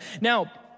Now